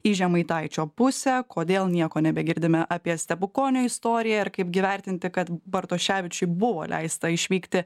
į žemaitaičio pusę kodėl nieko nebegirdime apie stepukonio istoriją ir kaipgi vertinti kad bartoševičiui buvo leista išvykti